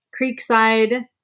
Creekside